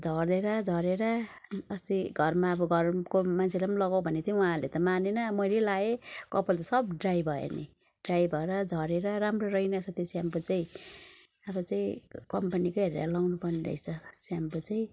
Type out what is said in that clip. झरेर झरेर अस्ति घरमा अब घरको मान्छेलाई पनि लगाउ भनेको थिएँ उहाँहरूले मानेन मैले लगाएँ कपाल त सब ड्राई भयो नि ड्राई भएर झरेर राम्रो रहेनरहेछ त्यो स्याम्पू चाहिँ अब चाहिँ कम्पनीकै हेरेर लगाउनु पर्ने रहेछ स्याम्पू चाहिँ